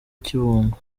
kibungo